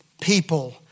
people